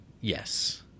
Yes